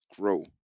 grow